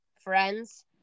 friends